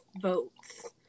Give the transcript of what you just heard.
votes